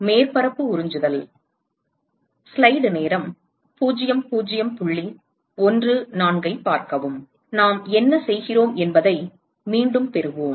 மேற்பரப்பு உறிஞ்சுதல் நாம் என்ன செய்கிறோம் என்பதை மீண்டும் பெறுவோம்